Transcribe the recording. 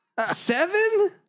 Seven